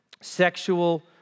sexual